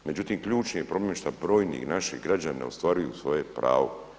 Međutim, ključni je problem što brojni naši građani ne ostvaruju svoje prav.